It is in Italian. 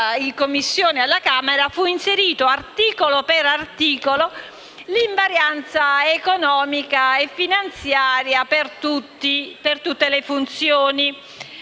in Commissione alla Camera è stata inserita, articolo per articolo, l'invarianza economica e finanziaria per tutte le funzioni.